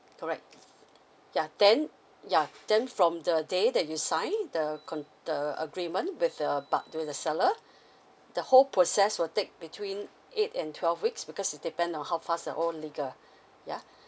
correct yeah then yeah then from the day that you sign the con~ the agreement with the bu~ with the seller the whole process will take between eight and twelve weeks because it depend on how fast are all legal yeah